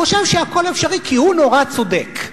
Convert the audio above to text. חושב שהכול אפשרי כי הוא נורא צודק,